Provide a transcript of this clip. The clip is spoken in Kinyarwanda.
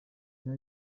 cya